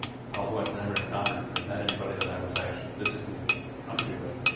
although i've never encountered and or met anybody that i was actually physically country with.